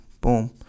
Boom